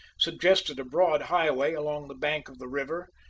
suggested a broad highway along the bank of the river,